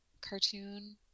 cartoon